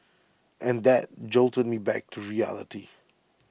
and that jolted me back to reality